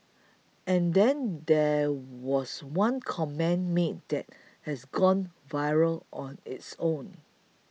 and then there was one comment made that has gone viral on its own